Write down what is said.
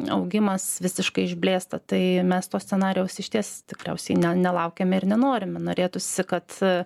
augimas visiškai išblėsta tai mes to scenarijaus išties tikriausiai ne nelaukiame ir nenorime norėtųsi kad